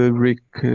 ah rick.